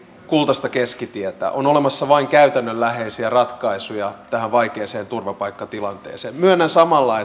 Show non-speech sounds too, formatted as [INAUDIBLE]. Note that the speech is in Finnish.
kultaista keskitietä on olemassa vain käytännönläheisiä ratkaisuja tähän vaikeaan turvapaikkatilanteeseen myönnän samalla [UNINTELLIGIBLE]